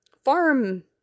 farm